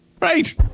Right